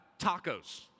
tacos